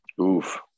Oof